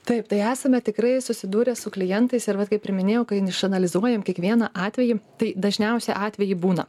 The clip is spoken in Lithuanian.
taip tai esame tikrai susidūrę su klientais ir vat kaip ir minėjau kai išanalizuojam kiekvieną atvejį tai dažniausi atvejai būna